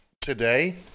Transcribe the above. today